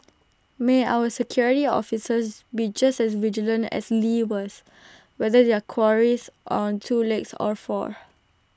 may our security officers be just as vigilant as lee was whether their quarries on two legs or four